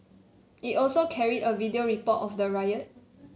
it also carried a video report of the riot